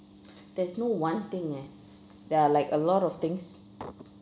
there's no one thing eh there are like a lot of things